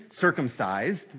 circumcised